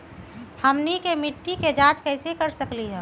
हमनी के मिट्टी के जाँच कैसे कर सकीले है?